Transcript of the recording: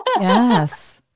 Yes